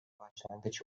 başlangıç